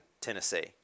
Tennessee